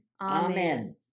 Amen